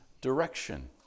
direction